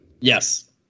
Yes